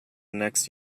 next